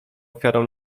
ofiarą